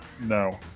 no